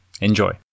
Enjoy